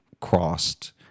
crossed